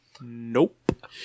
Nope